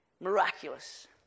miraculous